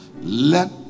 let